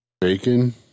bacon